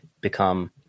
become